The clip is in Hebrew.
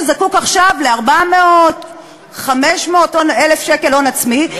שזקוק עכשיו ל-400,000 500,000 שקל הון עצמי,